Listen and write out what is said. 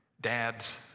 Dads